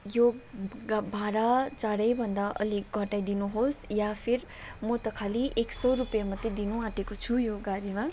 यो भाडा चाँडै भन्दा अलिक घटाइदिनुहोस् या फिर म त खालि एक सय रुपियाँ मात्रै दिनु आँटेको छु यो गाडीमा